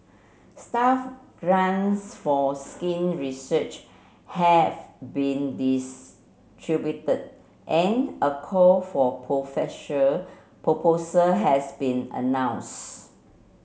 staff grants for skin research have been distributed and a call for profession proposal has been announced